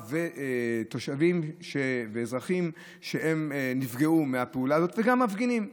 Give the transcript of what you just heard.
ותושבים ואזרחים שנפגעו מהפעולה הזאת וגם מפגינים.